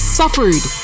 suffered